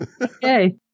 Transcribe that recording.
Okay